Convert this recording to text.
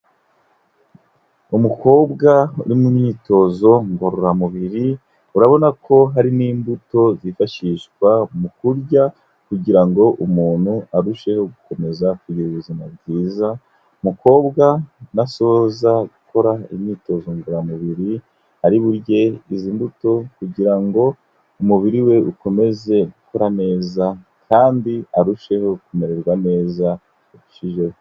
Umukobwa uri mu myitozo ngororamubiri, urabona ko hari n'imbuto zifashishwa mu kurya kugira ngo umuntu arusheho gukomeza kugira ubuzima bwiza, umukobwa ntasohoza gukora imyitozo ngororamubiri ari burye izi mbuto kugira ngo umubiri we ukomeze gukora neza kandi arusheho kumererwa neza birushijeho.